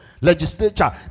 legislature